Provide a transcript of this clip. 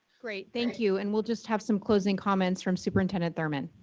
great, thank you, and we'll just have some closing comments from superintendent thurmond.